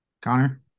Connor